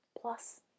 Plus